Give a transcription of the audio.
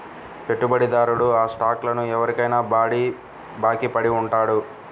పెట్టుబడిదారుడు ఆ స్టాక్లను ఎవరికైనా బాకీ పడి ఉంటాడు